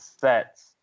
sets